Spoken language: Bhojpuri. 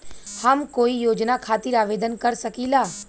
हम कोई योजना खातिर आवेदन कर सकीला?